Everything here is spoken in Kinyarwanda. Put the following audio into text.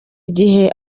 igihe